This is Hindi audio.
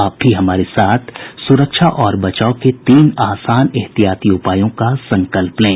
आप भी हमारे साथ सुरक्षा और बचाव के तीन आसान एहतियाती उपायों का संकल्प लें